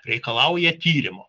reikalauja tyrimo